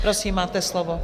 Prosím, máte slovo.